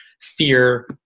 fear